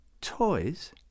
Toys